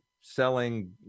selling